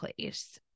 place